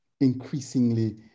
increasingly